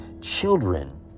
children